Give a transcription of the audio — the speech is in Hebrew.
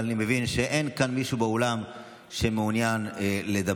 אבל אני מבין שאין כאן מישהו באולם שמעוניין לדבר,